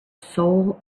soul